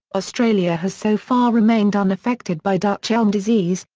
australia has so far remained unaffected by dutch elm disease,